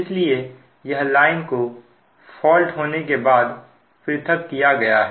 इसलिए यह लाइन को फॉल्ट खत्म होने के बाद पृथक किया गया है